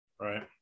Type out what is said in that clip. Right